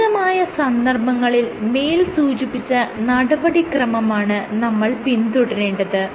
ലളിതമായ സന്ദർഭങ്ങളിൽ മേൽ സൂചിപ്പിച്ച നടപടി ക്രമമാണ് നമ്മൾ പിന്തുടരേണ്ടത്